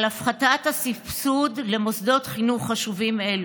על הפחתת הסבסוד למוסדות חינוך חשובים אלה.